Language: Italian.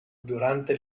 durante